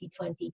2020